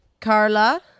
Carla